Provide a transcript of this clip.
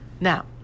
Now